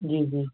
جی جی